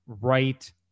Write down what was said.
Right